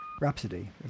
Rhapsody